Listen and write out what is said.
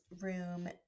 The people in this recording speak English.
room